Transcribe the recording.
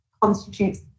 constitutes